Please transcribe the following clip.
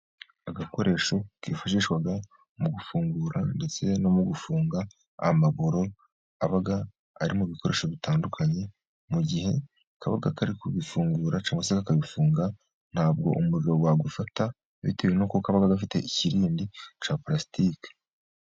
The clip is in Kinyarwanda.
Agakoresho kifashishwaga mu gufungura ndetse no mu gufunga amaburo aba ari mu bikoresho bitandukanye, mu gihe kaba kari kufungura cyangwa se gufunga, ntabwo umuriro wagufata bitewe nuko kaba gafite ikirindi cya pulastiki.